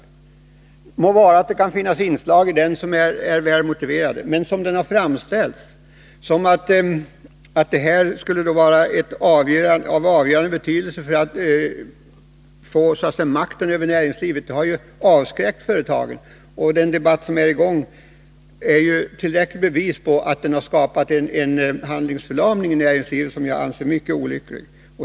Det må vara att det kan finnas inslag i den som är väl motiverade, men det hela har ju framställts så, att löntagarfonderna är av avgörande betydelse för att man skall kunna få makten över näringslivet. Detta har ju avskräckt företagen. Den debatt som pågår är ju tillräckligt bevis på att det skapats handlingsförlamning inom näringslivet, något som jag anser vara mycket olyckligt.